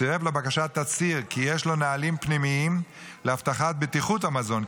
צירף לבקשה תצהיר כי יש לו נהלים פנימיים להבטחת בטיחות המזון,